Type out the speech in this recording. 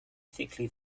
thickly